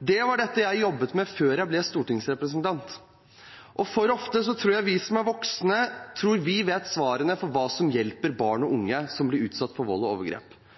Det var dette jeg jobbet med før jeg ble stortingsrepresentant. Jeg tror at vi som er voksne, for ofte tror vi vet svarene på hva som hjelper barn og unge som blir utsatt for vold og overgrep.